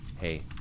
hey